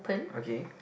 okay